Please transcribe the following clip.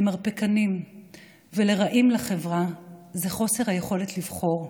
למרפקנים ולרעים לחברה זה חוסר היכולת לבחור,